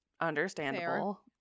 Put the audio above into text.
understandable